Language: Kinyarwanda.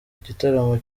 igitaramo